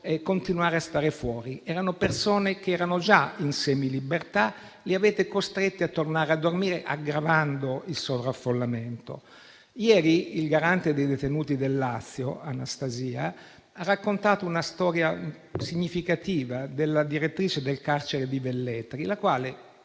continuare a stare fuori: quelle persone erano già in semilibertà, le avete costrette a tornare, aggravando il sovraffollamento. Ieri il garante dei diritti dei detenuti del Lazio Anastasia ha raccontato una storia significativa della direttrice del carcere di Velletri, la quale,